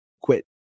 quit